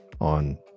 on